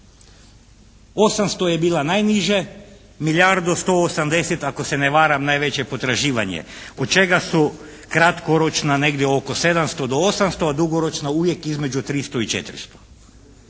800 je bila najniže, milijardu 180 ako se ne varam najveće potraživanje od čega su kratkoročna negdje oko 700 do 800, a dugoročna uvijek između 300 i 400. Što